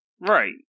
Right